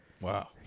Wow